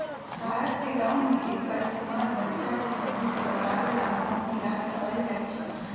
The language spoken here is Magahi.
भारत के गाँव में एक्कर इस्तेमाल बच्चा के सर्दी से बचावे ला मध मिलाके कएल जाई छई